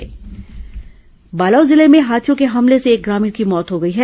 हाथी आतंक बालोद जिले में हाथियों के हमले से एक ग्रामीण की मौत हो गई है